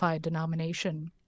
denomination